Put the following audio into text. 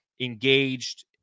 engaged